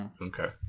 Okay